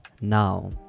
Now